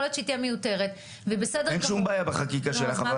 יכול להיות שהיא תהיה מיותרת -- אין שום בעיה בחקיקה שלך.